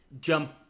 jump